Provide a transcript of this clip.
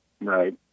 Right